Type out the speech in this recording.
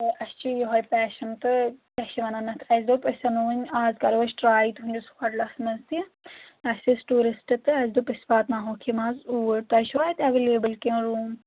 تہٕ اَسہِ چھِ یِہوے پیشَن تہٕ کیٛاہ چھِ وَنان اَتھ اَسہِ دوٚپ أسۍ اَنو وۄنۍ آز کَرو أسۍ ٹرٛاے تُہٕنٛدِس ہوٹلَس منٛز تہِ اَسہِ ٲسۍ ٹوٗرِسٹ تہٕ اَسہِ دوٚپ أسۍ واتناوہوکھ یِم حظ اوٗرۍ تۄہہِ چھوا اَتہِ ایویلیبٕل کینٛہہ روٗم